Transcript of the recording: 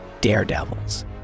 daredevils